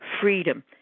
freedom